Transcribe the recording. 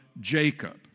Jacob